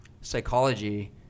psychology